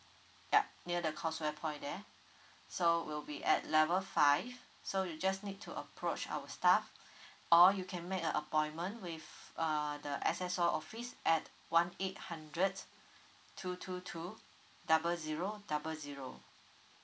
yup near the causeway point there so we'll be at level five so you just need to approach our staff or you can make a appointment with uh the S_S_O office at one eight hundred two two two double zero double zero